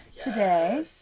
today